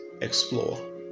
explore